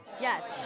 Yes